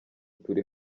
turi